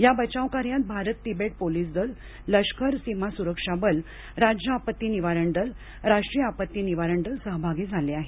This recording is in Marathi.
या बचाव कार्यात भारत तिबेट पोलीस दल लष्कर सीमा सुरक्षा बल राज्य आपत्ती निवारण दल राष्ट्रीय आपत्ती निवारण दल सहभागी झाले आहेत